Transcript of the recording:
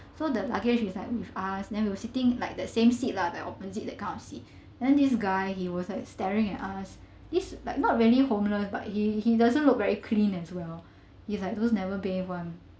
so the luggage is like with us then we were sitting like that same seat lah that opposite that kind of seat then this guy he was like staring at us he's like not really homeless but he he doesn't look very clean as well he's like those never bathe [one]